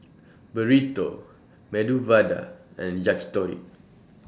Burrito Medu Vada and Yakitori